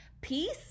peace